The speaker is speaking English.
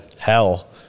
Hell